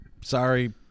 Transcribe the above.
sorry